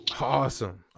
Awesome